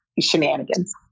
shenanigans